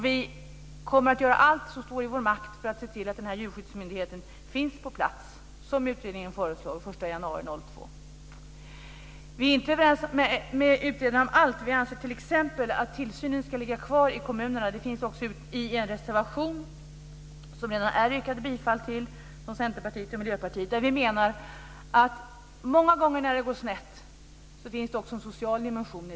V kommer att göra allt som står i vår makt för att se till att djurskyddsmyndigheten finns på plats, som utredningen föreslår, den 1 januari Vi är inte överens om allt med utredningen. Vi anser t.ex. att tillsynen ska ligga kvar i kommunerna. Det finns också i en reservation som redan är yrkad bifall till från Centerpartiet och Miljöpartiet. Vi menar att det många gånger när det går snett också finns en social dimension.